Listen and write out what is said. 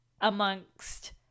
amongst